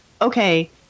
okay